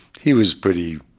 he was pretty